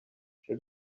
she